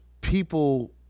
people